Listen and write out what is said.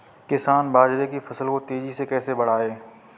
किसान बाजरे की फसल को तेजी से कैसे बढ़ाएँ?